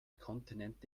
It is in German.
kontinent